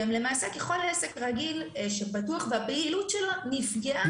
וגם למעשה ככל עסק רגיל שפתוח והפעילות שלו נפגעה,